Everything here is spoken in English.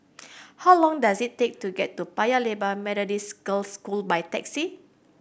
how long does it take to get to Paya Lebar Methodist Girls' School by taxi